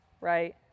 right